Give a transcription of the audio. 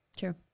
sure